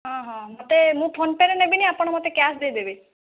ହଁ ହଁ ମୋତେ ମୁଁ ଫୋନପେରେ ନେବିନି ଆପଣ ମୋତେ କ୍ୟାସ୍ ଦେଇଦେବେ